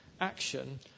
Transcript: action